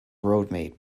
roadmate